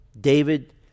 David